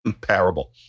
parable